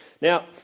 Now